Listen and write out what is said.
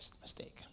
mistake